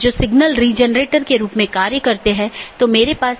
एक चीज जो हमने देखी है वह है BGP स्पीकर